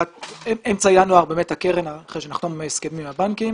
שבאמצע ינואר הקרן אחרי שנחתום את ההסכם עם הבנקים